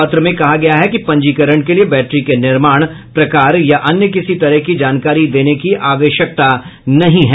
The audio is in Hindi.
पत्र में कहा गया है कि पंजीकरण के लिए बैट्री के निर्माण प्रकार या अन्य किसी तरह की जानकारी देने की आवश्यकता नहीं है